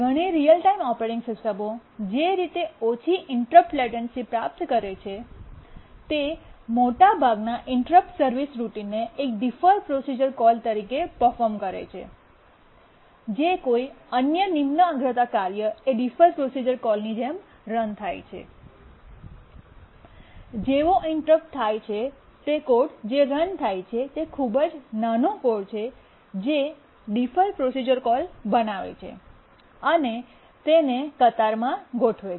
ઘણી real time operating સિસ્ટમો જે રીતે ઓછી ઇન્ટરપ્ટ લેટન્સી પ્રાપ્ત કરે છે તે મોટાભાગના ઇન્ટરપ્ટ સર્વિસ રૂટીનને એ ડિફર પ્રોસીજર કોલ તરીકે પફોર્મ કરે છે જે કોઈ અન્ય નિમ્ન અગ્રતા કાર્ય એ ડિફર પ્રોસીજર કોલ ની જેમ રન થાય છે જેવો ઇન્ટરપ્ટ થાય છે તે કોડ કે જે રન થાય છે તે ખૂબ જ નાનો કોડ છે જે ડિફર પ્રોસીજર કોલ બનાવે છે અને તેને કતારમાં ગોઠવે છે